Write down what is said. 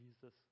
Jesus